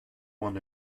won